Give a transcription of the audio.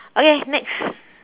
okay next